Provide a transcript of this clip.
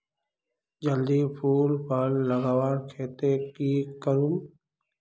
जल्दी फूल फल लगवार केते की करूम?